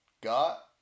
got